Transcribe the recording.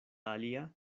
alia